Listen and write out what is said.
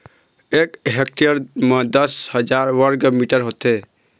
एक हेक्टेयर म दस हजार वर्ग मीटर होथे